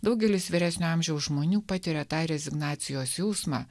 daugelis vyresnio amžiaus žmonių patiria tą rezignacijos jausmą